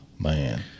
Man